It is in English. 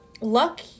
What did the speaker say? luck